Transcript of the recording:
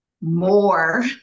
more